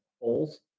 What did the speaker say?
holes